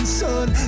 sun